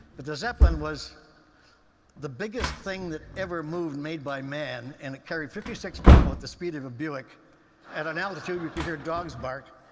but the zeppelin was the biggest thing that ever moved made by man. and it carried fifty six people at the speed of a buick at an altitude you could hear dogs bark,